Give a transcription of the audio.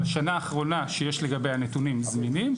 בשנה האחרונה שיש לגביה נתונים זמינים,